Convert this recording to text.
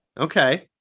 okay